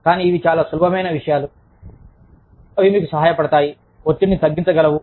కానీ ఇవి చాలా సులభమైన విషయాలు అవి మీకు సహాయపడతాయి ఒత్తిడిని తగ్గించగలవు